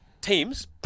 teams